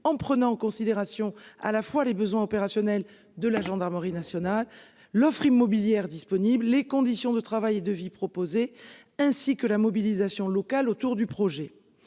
en prenant en considération à la fois les besoins opérationnels de la gendarmerie nationale, l'offre immobilière disponible les conditions de travail et de vie. Ainsi que la mobilisation locale autour du projet.